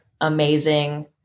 amazing